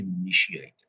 initiated